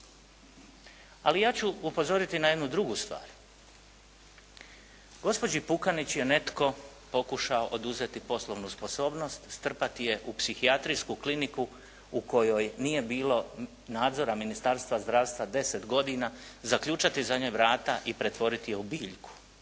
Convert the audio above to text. Ali ja ću upozoriti na jednu drugu stvar. Gospođi Pukanić je netko pokušao oduzeti poslovnu sposobnost, strpati je u psihijatrijsku kliniku u kojoj nije bilo nadzora Ministarstva zdravstva 10 godina, zaključati za njom vrata i pretvoriti je u biljku.